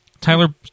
Tyler